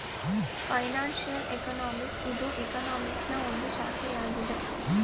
financial economics ಇದು ಎಕನಾಮಿಕ್ಸನಾ ಒಂದು ಶಾಖೆಯಾಗಿದೆ